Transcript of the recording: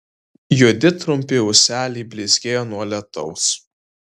juodi trumpi ūseliai blizgėjo nuo lietaus